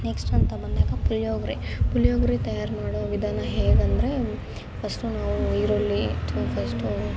next ಅಂತ ಬಂದಾಗ ಪುಳಿಯೋಗರೆ ಪುಳಿಯೋಗರೆ ತಯಾರು ಮಾಡುವ ವಿಧಾನ ಹೇಗೆಂದ್ರೆ ಫಸ್ಟು ನಾವು ಈರುಳ್ಳಿ ತು ಫಸ್ಟು